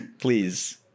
please